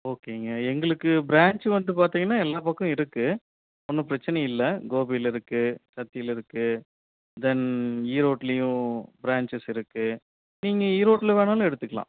ஓகேங்க எங்களுக்கு பிரான்ஞ்ச் வந்து பார்த்தீங்கன்னா எல்லா பக்கம் இருக்குது ஒன்றும் பிரச்சினை இல்லை கோபியில் இருக்குது சத்தியில் இருக்குது தென் ஈரோட்லேயும் பிரான்ஞ்ச்சஸ் இருக்குது நீங்கள் ஈரோட்டில் வேணாலும் எடுத்துக்கலாம்